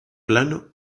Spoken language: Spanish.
plano